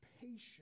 patience